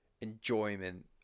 enjoyment